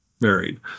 married